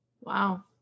Wow